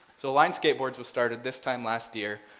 so align skateboards was started this time last year,